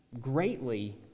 greatly